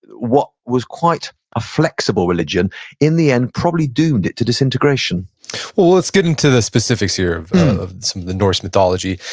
what was quite a flexible religion in the end probably doomed it to disintegration well, let's get into the specifics here of of some of the norse mythology.